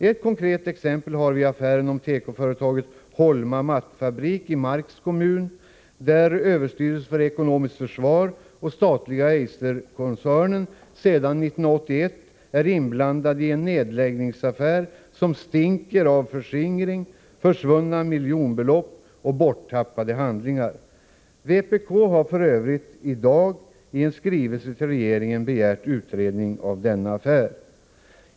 Ett konkret exempel har vi i affären om tekoföretaget Holma Fabriks AB i Marks kommun, där överstyrelsen för ekonomiskt försvar och den statliga Eiserkoncernen sedan 1981 är inblandade i en nedläggningsaffär, som stinker av förskingring, försvunna miljonbelopp och borttappade handlingar. Vpk har f.ö. i dag i skrivelse till regeringen begärt utredning av denna affär.